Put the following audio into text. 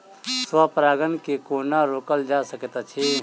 स्व परागण केँ कोना रोकल जा सकैत अछि?